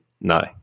no